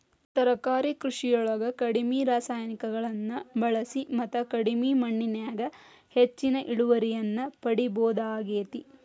ತರಕಾರಿ ಕೃಷಿಯೊಳಗ ಕಡಿಮಿ ರಾಸಾಯನಿಕಗಳನ್ನ ಬಳಿಸಿ ಮತ್ತ ಕಡಿಮಿ ಮಣ್ಣಿನ್ಯಾಗ ಹೆಚ್ಚಿನ ಇಳುವರಿಯನ್ನ ಪಡಿಬೋದಾಗೇತಿ